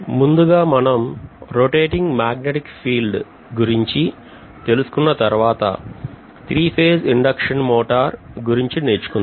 ముందుగా మనం rotating magnetic field గురించి తెలుసుకున్న తర్వాత త్రీ ఫేజ్ ఇండక్షన్ మోటార్ గురించి నేర్చుకుందాం